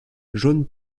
jaune